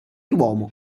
l’uomo